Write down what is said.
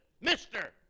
mister